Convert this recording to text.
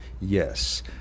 yes